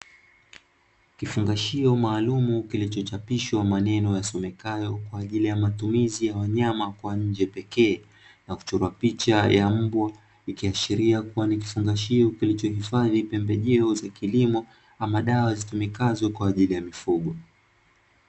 Kifungashio maalumu kilichapishwa maneno yasomekayo kwa ajili ya matumizi ya wanyama kwa nje pekee na kuchorwa picha ya mbwa, ikiashiria kuwa ni kifungashio kilichohifadhi pembejeo za kilimo ama dawa zitumikazo kwa ajili ya mifugo.